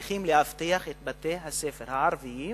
צריך לאבטח את בתי-הספר הערביים